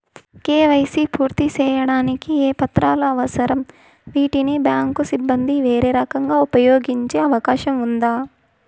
KYC పూర్తి సేయడానికి ఏ పత్రాలు అవసరం, వీటిని బ్యాంకు సిబ్బంది వేరే రకంగా ఉపయోగించే అవకాశం ఉందా?